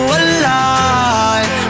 alive